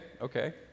okay